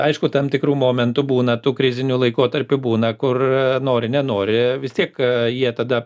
aišku tam tikrų momentų būna tų krizinių laikotarpių būna kur nori nenori vis tiek jie tada